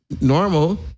normal